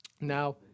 Now